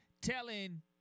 telling